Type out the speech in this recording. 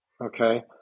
Okay